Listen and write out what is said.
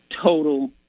total